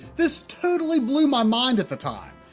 this totally blew my mind at the time.